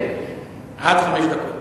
עד חמש דקות.